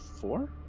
four